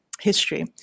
history